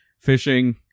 fishing